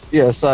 yes